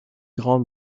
grand